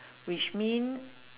which mean